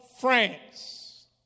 France